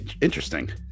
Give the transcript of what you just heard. Interesting